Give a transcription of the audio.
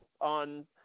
on